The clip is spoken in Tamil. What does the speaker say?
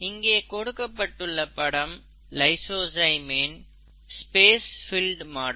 இங்கே கொடுக்கப்பட்டுள்ள படம் லைசோசைம் இன் ஸ்பேஸ் பில்ட் மாடல்